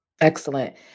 Excellent